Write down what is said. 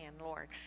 Lord